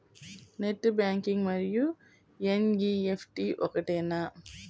Net banking మరియు NEFT ఒకటేనా?